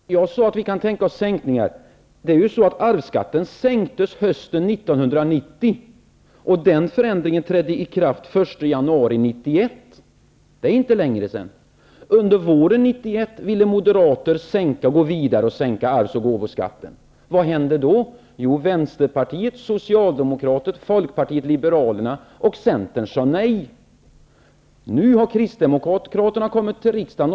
Herr talman! Jag sade att vi kan tänka oss sänkningar. Det fattades ju beslut om en sänkning av arvsskatten hösten 1990. Den sänkningen trädde i kraft den 1 januari 1991. Det är inte längre sedan det skedde. Under våren 1991 ville Moderaterna gå vidare och sänka arvs och gåvoskatten. Vad hände då? Jo, Vänsterpartiet, Socialdemokraterna, Folkpartiet liberalerna och Centern sade nej. Nu har Kristdemokraterna kommit till riksdagen.